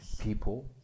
people